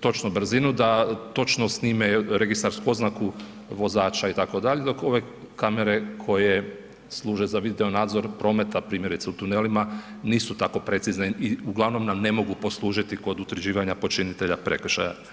točno brzinu, da točno snime registarsku oznaku vozača itd., dok ove kamere koje služe za video nadzor prometa primjerice u tunelima nisu tako precizne i uglavnom nam ne mogu poslužiti kod utvrđivanja počinitelja prekršaja.